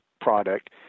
product